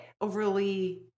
overly